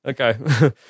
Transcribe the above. Okay